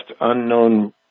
unknown